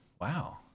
wow